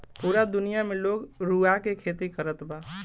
पूरा दुनिया में लोग रुआ के खेती करत बा